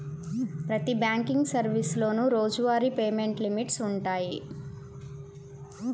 ప్రతి బ్యాంకింగ్ సర్వీసులోనూ రోజువారీ పేమెంట్ లిమిట్స్ వుంటయ్యి